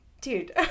Dude